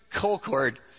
Colcord